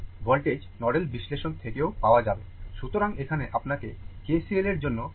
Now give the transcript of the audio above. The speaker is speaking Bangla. সুতরাং এখানে আপনাকে KCL এর জন্য প্রযোজ্য করতে হবে